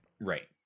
right